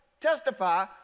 testify